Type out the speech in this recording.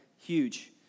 Huge